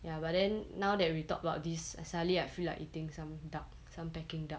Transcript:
ya but then now that we talk about this suddenly I feel like eating some duck some peking duck